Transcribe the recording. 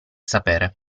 sapere